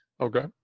Okay